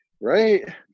right